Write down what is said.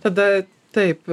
tada taip